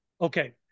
Okay